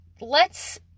lets